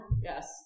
Yes